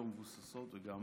לא מבוססות וגם